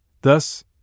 Thus